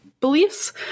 beliefs